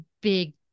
big